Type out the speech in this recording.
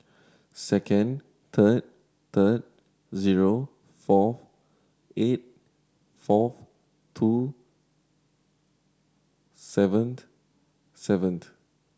second third third zero four eight fourth two seven seven